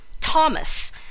Thomas